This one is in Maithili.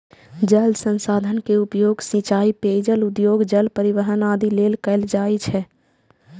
जल संसाधन के उपयोग सिंचाइ, पेयजल, उद्योग, जल परिवहन आदि लेल कैल जाइ छै